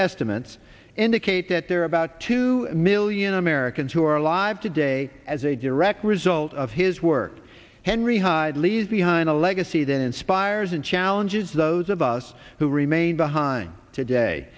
estimates indicate that there are about two million americans who are alive today as a direct result of his work henry hyde leaves behind a legacy that inspires and challenges those of us who remain behind today